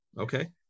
Okay